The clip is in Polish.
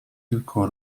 tylko